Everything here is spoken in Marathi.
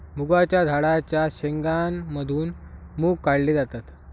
मुगाच्या झाडाच्या शेंगा मधून मुग काढले जातात